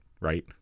right